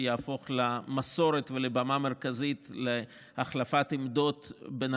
שיהפוך למסורת ולבמה מרכזית להחלפת עמדות בין